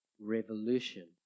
revolution